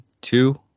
two